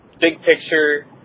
big-picture